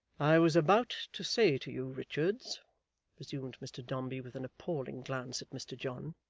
i was about to say to you, richards resumed mr dombey, with an appalling glance at mr john,